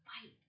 fight